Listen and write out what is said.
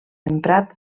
emprat